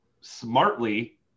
smartly